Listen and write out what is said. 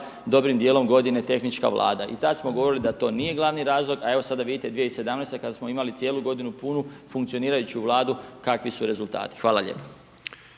dobrim dijelom godina tehnička Vlada i tada smo govorili da to nije glavni razlog, ali evo sada vidite 2017. kada smo imali cijelu godinu punu funkcionirajuću Vladu, kakvi su rezultati. Hvala lijepa.